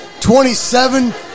27